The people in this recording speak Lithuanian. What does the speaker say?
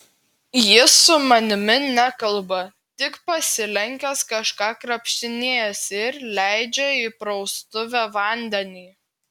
jis su manimi nekalba tik pasilenkęs kažką krapštinėjasi ir leidžia į praustuvę vandenį